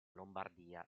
lombardia